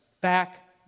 back